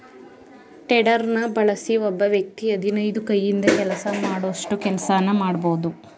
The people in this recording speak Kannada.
ಟೆಡರ್ನ ಬಳಸಿ ಒಬ್ಬ ವ್ಯಕ್ತಿ ಹದಿನೈದು ಕೈಯಿಂದ ಕೆಲಸ ಮಾಡೋಷ್ಟು ಕೆಲ್ಸನ ಮಾಡ್ಬೋದು